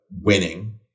winning